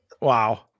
Wow